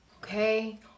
Okay